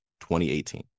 2018